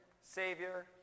Savior